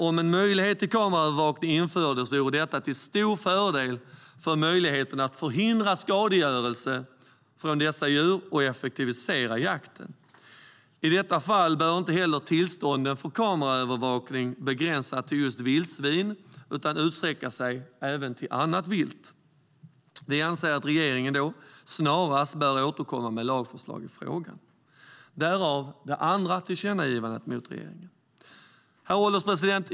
Om en möjlighet till kameraövervakning infördes vore detta till stor fördel för möjligheten att förhindra skadegörelse från dessa djur och effektivisera jakten, anser vi. I detta fall bör inte tillstånden för kameraövervakning begränsas till just vildsvin utan utsträcka sig även till annat vilt. Vi anser att regeringen snarast bör återkomma med lagförslag i frågan - därav det andra tillkännagivandet till regeringen. Herr ålderspresident!